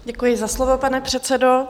Děkuji za slovo, pane předsedo.